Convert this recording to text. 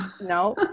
No